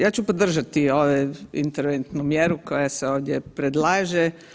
Ja ću podržati ove interventnu mjeru koja se ovdje predlaže.